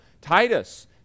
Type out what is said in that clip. Titus